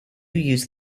use